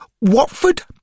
Watford